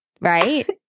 right